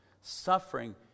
Suffering